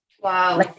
Wow